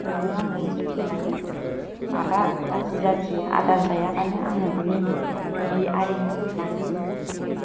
अनो आङो जोथोन लायो माबा जासि जासि आदार जायाबानो आङो बिनो मुलि आरि लायो होफैयो